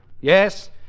Yes